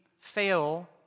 fail